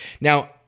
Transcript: now